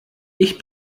ich